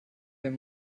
den